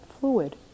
fluid